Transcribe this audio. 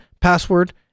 password